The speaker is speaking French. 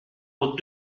aux